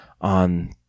on